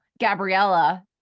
Gabriella